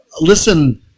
listen